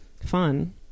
fun